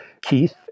keith